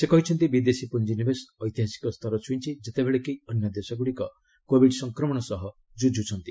ସେ କହିଛନ୍ତି ବିଦେଶୀ ପୁଞ୍ଜିନିବେଶ ଐତିହାସିକ ସ୍ତର ଛୁଇଁଛି ଯେତେବେଳେ କି ଅନ୍ୟ ଦେଶ ଗୁଡ଼ିକ କୋବିଡ୍ ସଂକ୍ରମଣ ସହ ଜୁଝୁଛନ୍ତି